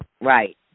Right